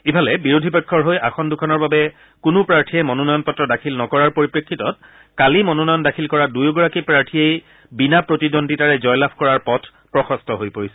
ইফালে বিৰোধী পক্ষৰ হৈ আসন দুখনৰ বাবে কোনো প্ৰাৰ্থীয়ে মনোনয়ন পত্ৰ দাখিল নকৰাৰ পৰিপ্ৰেক্ষিতত কালি মনোনয়ন দাখিল কৰা দুয়োগৰাকী প্ৰাৰ্থীয়েই বিনা প্ৰতিদ্বন্দ্বিতাৰে জয়লাভ কৰাৰ পথ প্ৰশস্ত হৈ পৰিছে